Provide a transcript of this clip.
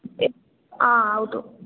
ಆ ಹೌದು